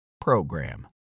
program